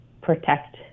protect